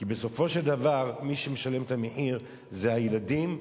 כי בסופו של דבר מי שמשלם את המחיר זה הילדים,